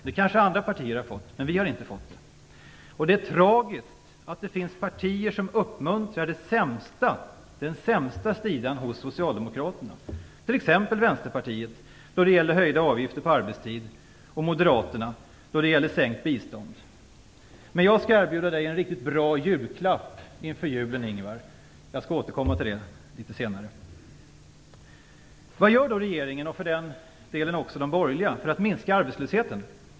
Det kanske andra partier har fått, men vi har inte fått det. Det är tragiskt att det finns partier som uppmuntrar den sämsta sidan hos Socialdemokraterna - t.ex. Vänsterpartiet då det gäller höjda avgifter på arbetstid och Moderaterna då det gäller sänkt bistånd. Men jag skall erbjuda Ingvar Carlsson en riktigt bra julklapp inför julen. Jag skall återkomma till det litet senare. Vad gör då regeringen - och för den delen även de borgerliga - för att minska arbetslösheten?